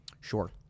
Sure